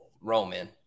Roman